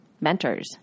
mentors